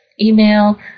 Email